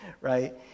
right